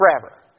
forever